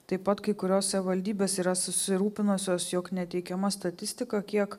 taip pat kai kurios savivaldybės yra susirūpinusios jog neteikiama statistika kiek